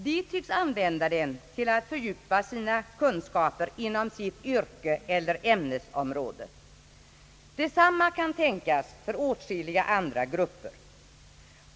De tycks använda den till att fördjupa sina kunskaper inom sitt yrkeseller ämnesområde. Detsamma kan tänkas för åtskilliga andra grupper.